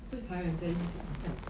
最讨厌人家一直讲这样讲